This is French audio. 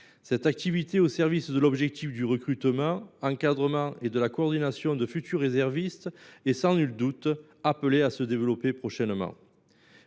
Cette activité au service du recrutement, de l’encadrement et de la coordination de futurs réservistes est sans nul doute appelée à se développer prochainement.